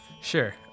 Sure